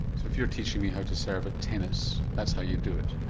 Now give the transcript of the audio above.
so if you're teaching me how to serve at tennis that's how you'd do it?